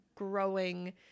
Growing